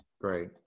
Great